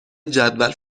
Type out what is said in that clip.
جدول